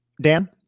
Dan